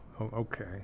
Okay